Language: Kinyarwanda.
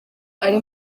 ari